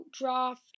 draft